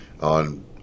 on